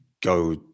go